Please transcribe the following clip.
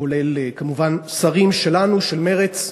כולל כמובן שרים שלנו, של מרצ,